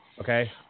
okay